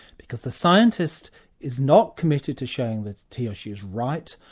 because the scientist is not committed to showing that he or she is right,